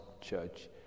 church